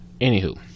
Anywho